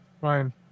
Fine